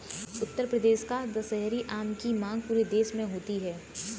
उत्तर प्रदेश का दशहरी आम की मांग पूरे देश में होती है